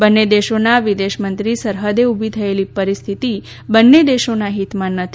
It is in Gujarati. બંને દેશોનાં વિદેશમંત્રી સરહદે ઉભી થયેલી પરિસ્થિતી બંને દેશોનાં હીતમાં નથી